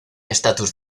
estatus